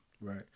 right